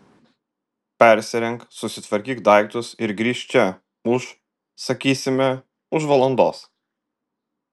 persirenk susitvarkyk daiktus ir grįžk čia už sakysime už valandos